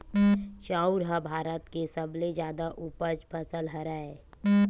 चाँउर ह भारत के सबले जादा उपज फसल हरय